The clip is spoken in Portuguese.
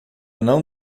não